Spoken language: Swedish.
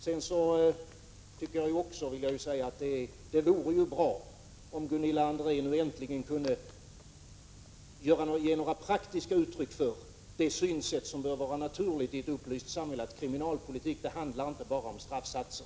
Sedan tycker jag att det vore bra om Gunilla André nu äntligen kunde ge några praktiska uttryck för det synsätt som bör vara naturligt i ett upplyst samhälle — att kriminalpolitik inte bara handlar om straffsatser.